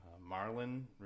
Marlin